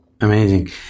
Amazing